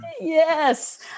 Yes